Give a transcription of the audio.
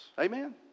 Amen